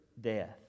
death